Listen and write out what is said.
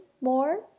more